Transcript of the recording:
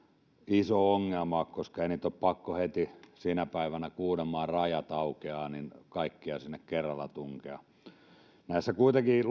iso ongelma ole koska ei heitä kaikkia ole pakko heti sinä päivänä kun uudenmaan rajat aukeaa sinne kerralla tunkea kuitenkin